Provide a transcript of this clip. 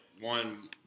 one